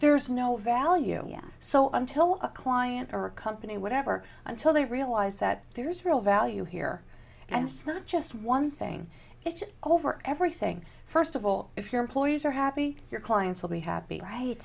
there is no value yet so until a client or a company whatever until they realize that there's real value here and it's not just one thing it's over everything first of all if your employees are happy your clients will be happy right